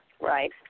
Right